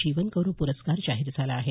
जीवनगौरव प्रस्कार जाहीर झाला आहे